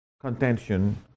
contention